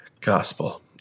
gospel